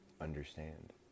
understand